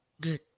good